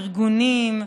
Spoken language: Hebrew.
ארגונים,